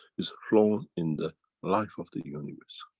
it's flown in the life of the universe.